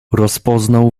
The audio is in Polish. rozpoznał